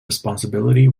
responsibility